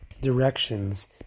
directions